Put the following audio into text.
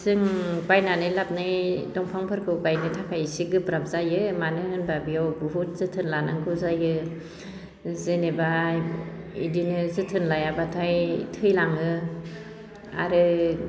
जों बायनानै लाबोनाय दंफांफोरखौ गायनो थाखाय इसे गोब्राब जायो मानो होनब्ला बेयाव बुहुद जोथोन लानांगौ जायो जेनेबा इदिनो जोथोन लायाब्लाथाय थैलाङो आरो